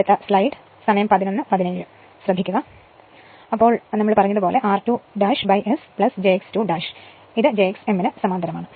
അതിനാൽ r2Sjx2 ന് jxm സമാന്തരമാണ്